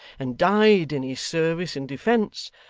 and died in his service and defence,